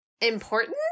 important